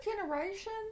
generation